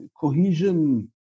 cohesion